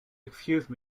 excuse